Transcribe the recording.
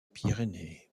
pyrénées